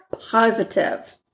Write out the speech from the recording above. Positive